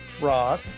rock